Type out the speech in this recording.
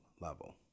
level